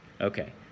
Okay